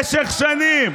במשך שנים,